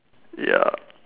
ya